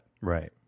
right